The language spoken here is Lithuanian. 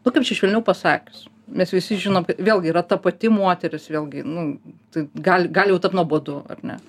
nu kaip čia švelniau pasakius mes visi žinom kad vėlgi yra ta pati moteris vėlgi nu tai gal gal jau tapt nuobodu ar ne